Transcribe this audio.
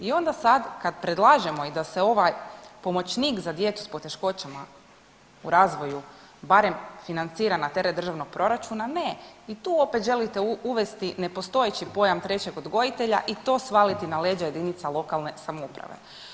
I onda sad kad predlažemo i da se ovaj pomoćnik za djecu sa poteškoćama u razvoju barem financira na teret državnog proračuna ne i tu opet želite uvesti nepostojeći pojam trećeg odgojitelja i to svaliti na leđa jedinica lokalne samouprave.